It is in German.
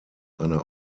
einer